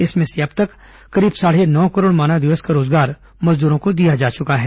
इसमें से अब तक करीब साढ़े नौ करोड़ मानव दिवस का रोजगार मजदूरों को दिया जा चुका है